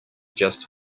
just